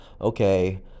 okay